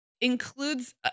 includes